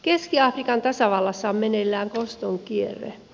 keski afrikan tasavallassa on meneillään koston kierre